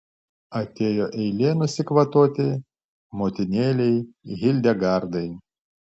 atėjo eilė nusikvatoti motinėlei hildegardai